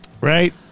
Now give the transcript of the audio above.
Right